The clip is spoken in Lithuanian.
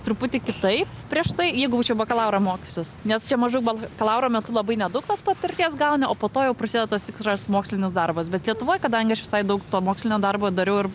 truputį kitaip prieš tai jeigu būčiau bakalaurą mokiusius nes čia maždaug bakalauro metu labai nedaug tos patirties gauni o po to jau prasieda tas tikras mokslinis darbas bet lietuvoj kadangi aš visai daug to mokslinio darbo dariau ir